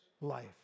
life